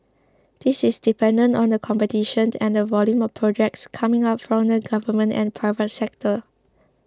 this is dependent on the competition and the volume of projects coming out from the government and private sector